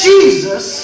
Jesus